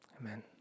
Amen